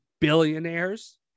billionaires